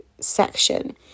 section